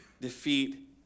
defeat